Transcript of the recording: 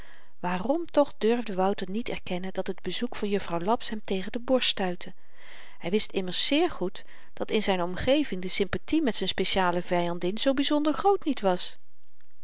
waarom toch durfde wouter niet erkennen dat het bezoek van juffrouw laps hem tegen de borst stuitte hy wist immers zeer goed dat in zyn omgeving de sympathie met z'n speciale vyandin zoo byzonder groot niet was